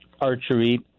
archery